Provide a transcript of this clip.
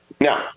now